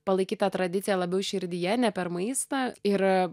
palaikyt tą tradiciją labiau širdyje ne per maistą ir